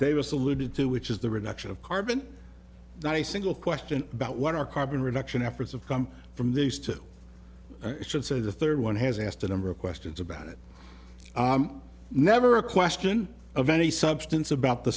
davis alluded to which is the reduction of carbon that i single question about what our carbon reduction efforts of come from these two should say the third one has asked a number of questions about it never a question of any substance about the